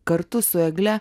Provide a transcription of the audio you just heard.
kartu su egle